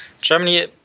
Germany